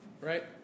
right